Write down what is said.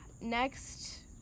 Next